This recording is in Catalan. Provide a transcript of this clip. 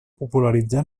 popularitzar